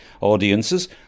Audiences